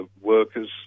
workers